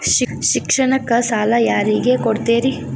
ಶಿಕ್ಷಣಕ್ಕ ಸಾಲ ಯಾರಿಗೆ ಕೊಡ್ತೇರಿ?